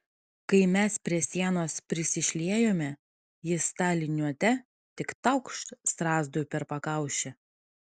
kai mes prie sienos prisišliejome jis ta liniuote tik taukšt strazdui per pakaušį